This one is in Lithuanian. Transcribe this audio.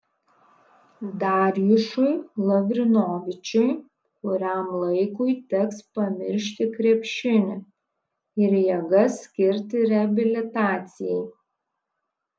darjušui lavrinovičiui kuriam laikui teks pamiršti krepšinį ir jėgas skirti reabilitacijai